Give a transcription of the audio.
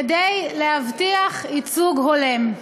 כדי להבטיח ייצוג הולם.